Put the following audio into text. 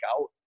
out